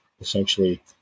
essentially